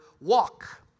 walk